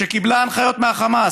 שקיבלה הנחיות מהחמאס.